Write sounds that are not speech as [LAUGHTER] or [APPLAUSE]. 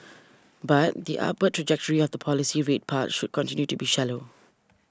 [NOISE] but the upward trajectory of the policy rate path should continue to be shallow